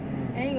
mm